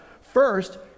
first